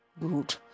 Good